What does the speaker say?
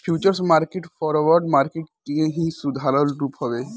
futures market forward market के ही सुधारल रूप हवे